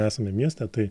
esame mieste tai